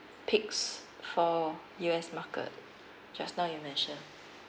picks for U_S market just now you mention